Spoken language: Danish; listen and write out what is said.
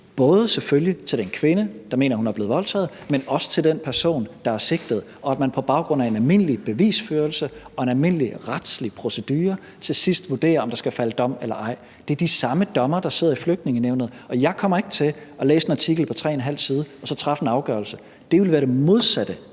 både til den kvinde, der mener, at hun er blevet voldtaget, men også til den person, der er sigtet, og at man på baggrund af en almindelig bevisførelse og en almindelig retslig procedure til sidst vurderer, om der skal falde dom eller ej. Det er de samme dommere, der sidder i Flygtningenævnet, og jeg kommer ikke til at læse en artikel på tre en halv side og så træffe en afgørelse. Det ville være det modsatte